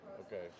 Okay